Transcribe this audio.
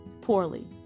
poorly